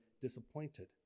disappointed